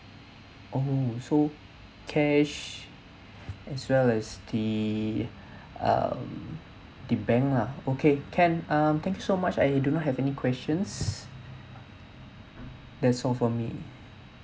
oh so cash as well as the um the bank lah okay can um thank you so much I do not have any questions that's all for me